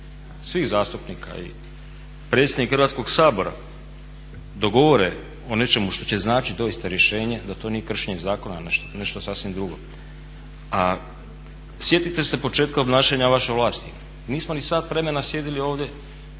svih zastupnika i predsjednik Hrvatskog sabora dogovore o nečemu što će značiti doista rješenje da to nije kršenje zakona već nešto sasvim drugo. A sjetite se početka obnašanja vaše vlasti, nismo ni sat vremena sjedili ovdje